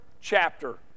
chapter